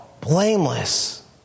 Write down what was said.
Blameless